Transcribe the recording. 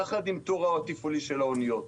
יחד עם התור התפעולי של האניות.